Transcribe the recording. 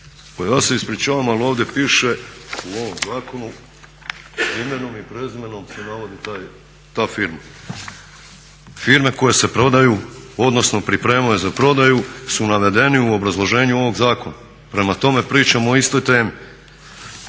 Ja se ispričavam, ali ovdje piše u ovom zakonu imenom i prezimenom se navodi ta firma. Firme koje se prodaju odnosno pripremaju za prodaju su navedeni u obrazloženju ovog zakona. Prema tome, pričamo o istoj temi